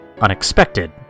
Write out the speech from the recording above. unexpected